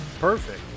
perfect